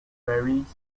varies